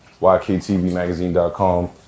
yktvmagazine.com